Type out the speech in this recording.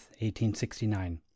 1869